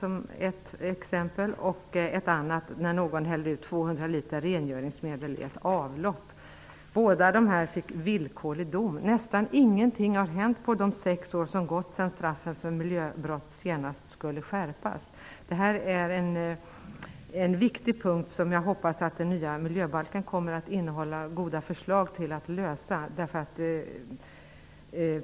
Ett annat exempel är när någon hällde ut 200 liter rengöringsmedel i ett avlopp. I båda fallen utdömdes villkorlig dom. Nästan ingenting har hänt på de sex år som har gått sedan straffen för miljöbrott senast skulle skärpas. Det här är en viktig punkt. Jag hoppas att den nya miljöbalken kommer att innehålla förslag till att lösa dessa problem.